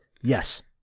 Yes